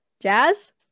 Jazz